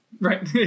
Right